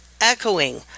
echoing